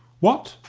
what!